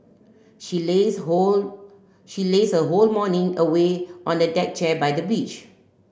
she lazed whole she lazed her whole morning away on a deck chair by the beach